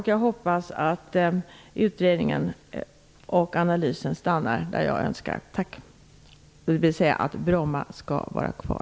Jag hoppas att man i utredningen och analysen kommer fram till det som jag önskar, dvs. att Bromma flygplats skall vara kvar.